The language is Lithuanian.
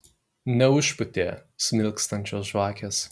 neužpūtė smilkstančios žvakės